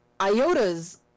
IOTA's